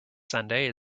sunday